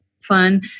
fun